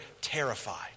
terrified